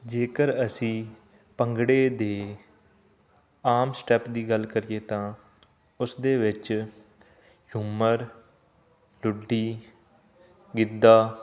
ਜੇਕਰ ਅਸੀਂ ਭੰਗੜੇ ਦੇ ਆਮ ਸਟੈਪ ਦੀ ਗੱਲ ਕਰੀਏ ਤਾਂ ਉਸਦੇ ਵਿੱਚ ਝੂਮਰ ਲੁੱਡੀ ਗਿੱਧਾ